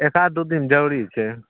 एक आध दू दिनमे जरूरी छै